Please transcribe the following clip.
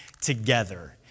together